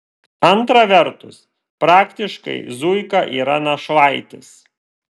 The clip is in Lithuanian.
antra vertus praktiškai zuika yra našlaitis